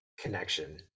connection